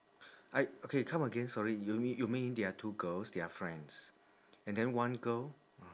I okay come again sorry you mean you mean there are two girls they are friends and then one girl